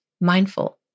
mindful